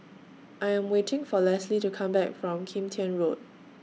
I Am waiting For Leslee to Come Back from Kim Tian Road